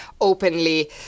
openly